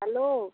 hello